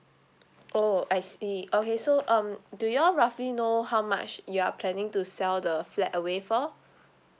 oh I see okay so um do you all roughly know how much you are planning to sell the flat away for